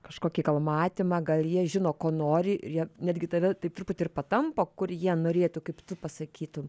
kažkokį gal matymą gal jie žino ko nori ir jie netgi tave taip truputį ir patampo kur jie norėtų kaip tu pasakytum